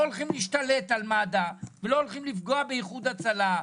לא הולכים להשתלט על מד"א ולא הולכים לפגוע באיחוד הצלה,